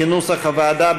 כנוסח הוועדה,